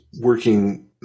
working